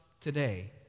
today